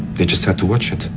they just had to watch it